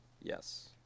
Yes